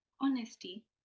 honesty